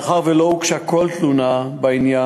מאחר שלא הוגשה כל תלונה בעניין,